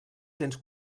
cents